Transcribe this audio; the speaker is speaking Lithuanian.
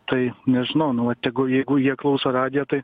tai nežinau nu va tegul jeigu jie klauso radiją tai